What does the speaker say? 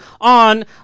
on